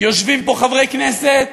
יושבים פה חברי כנסת